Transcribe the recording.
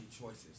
choices